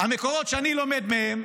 במקורות שאני לומד מהם,